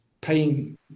paying